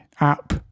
app